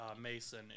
Mason